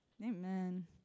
Amen